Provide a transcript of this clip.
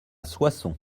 soissons